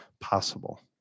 possible